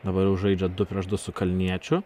dabar jau žaidžia du prieš du su kalniečiu